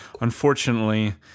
unfortunately